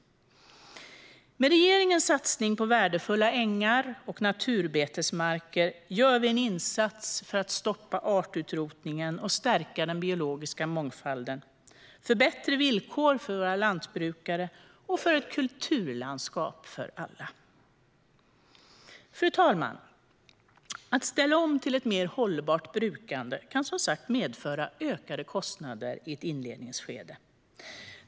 Med regeringens satsning på värdefulla ängar och naturbetesmarker gör vi en insats för att stoppa artutrotningen och stärka den biologiska mångfalden, för bättre villkor för våra lantbrukare och för ett kulturlandskap för alla. Fru talman! Att ställa om till ett mer hållbart brukande kan som sagt medföra ökade kostnader i ett inledningsskede.